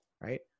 right